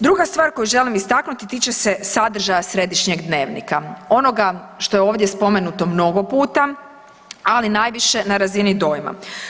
Druga stvar koju želim istaknuti tiče se sadržaja središnjeg dnevnika, onoga što je ovdje spomenuto mnogo puta, ali najviše na razini dojma.